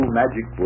magic